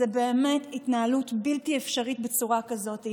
זו באמת התנהלות בלתי אפשרית בצורה כזאת,